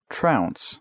Trounce，